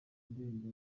ndirimbo